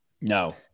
No